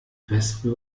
wespe